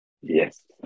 Yes